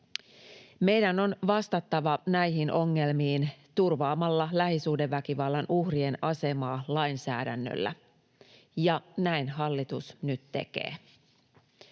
Meidän on vastattava näihin ongelmiin turvaamalla lähisuhdeväkivallan uhrien asemaa lainsäädännöllä, ja näin hallitus nyt tekee.